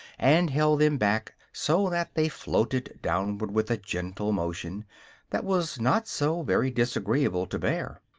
and held them back so that they floated downward with a gentle motion that was not so very disagreeable to bear.